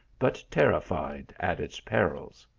but terrified at its perils.